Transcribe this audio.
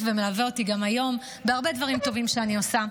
ומלווה אותי גם היום בהרבה דברים טובים שאני עושה.